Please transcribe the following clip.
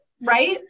Right